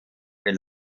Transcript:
für